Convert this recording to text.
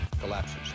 collapses